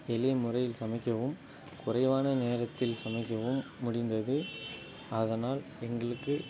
எளிய முறையில் சமைக்கவும் குறைவான நேரத்தில் சமைக்கவும் முடிந்தது அதனால் எங்களுக்கு